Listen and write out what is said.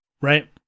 Right